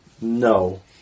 no